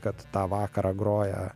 kad tą vakarą groja